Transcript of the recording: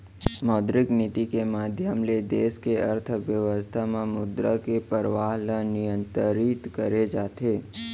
मौद्रिक नीति के माधियम ले देस के अर्थबेवस्था म मुद्रा के परवाह ल नियंतरित करे जाथे